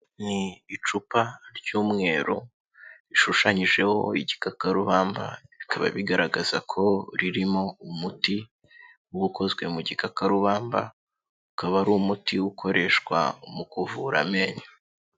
Ni icupa ry'umweru rishushanyijeho igikakarubamba bikaba bigaragaza ko ririmo umuti uba ukozwe mu gikakarubamba, ukaba ari umuti ukoreshwa mu kuvura amenyo.